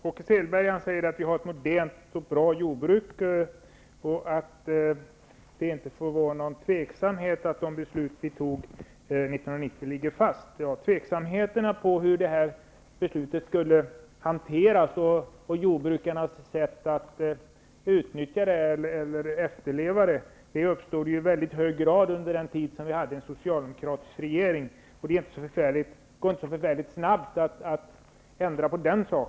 Herr talman! Åke Selberg säger att vi har ett modernt och bra jordbruk och att det inte får föreligga någon tvekan om att de beslut som vi fattade 1990 ligger fast. Tveksamheten om hur beslutet skulle hanteras och jordbrukarnas sätt att efterleva det uppstod i mycket hög grad under den tid vi hade en socialdemokratisk regering. Det går inte så snabbt att ändra på detta.